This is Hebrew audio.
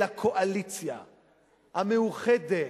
של הקואליציה המאוחדת,